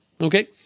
okay